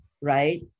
right